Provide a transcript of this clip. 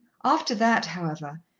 after that, however,